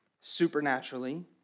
supernaturally